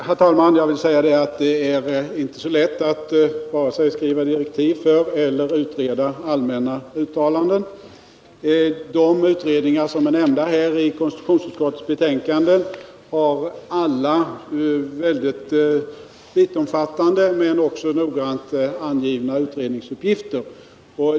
Herr talman! Det är inte så lätt att vare sig skriva direktiv om eller utreda allmänna uttalanden. De utredningar som omnämns i konstitutionsutskottets betänkande har alla mycket vittomfattande men också noggrant angivna utredningsuppgifter.